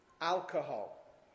alcohol